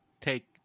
take